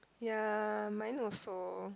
ya mine also